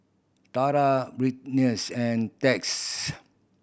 Tara Brittni and Texas